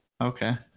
Okay